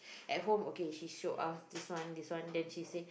at home okay she show us this one this one then she say